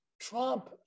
Trump